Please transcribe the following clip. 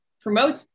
promote